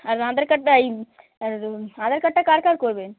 আর আধার কার্ডটা এই আর আধার কার্ডটা কার কার করবেন